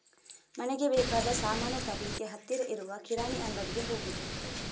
ಮನೆಗೆ ಬೇಕಾದ ಸಾಮಾನು ತರ್ಲಿಕ್ಕೆ ಹತ್ತಿರ ಇರುವ ಕಿರಾಣಿ ಅಂಗಡಿಗೆ ಹೋಗುದು